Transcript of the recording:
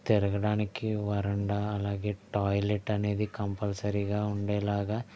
తిరగడానికి వరండా అలాగే టాయిలెట్ అనేది కంపల్సరీగా ఉండేలాగా